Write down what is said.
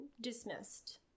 dismissed